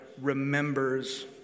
remembers